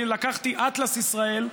לקחתי אטלס ישראל,